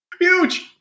Huge